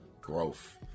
growth